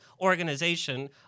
organization